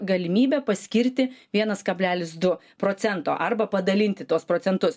galimybė paskirti vienas kablelis du procento arba padalinti tuos procentus